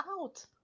out